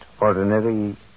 ordinary